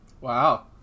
Wow